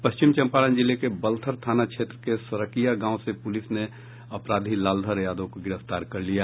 पश्चिम चंपारण जिले के बलथर थाना क्षेत्र के सड़किया गांव से पुलिस ने अपराधी लालधर यादव को गिरफ्तार कर लिया